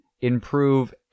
improve